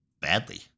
badly